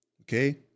Okay